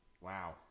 wow